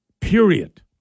Period